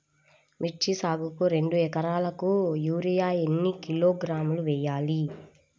మిర్చి సాగుకు రెండు ఏకరాలకు యూరియా ఏన్ని కిలోగ్రాములు వేయాలి?